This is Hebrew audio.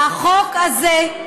החוק הזה,